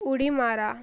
उडी मारा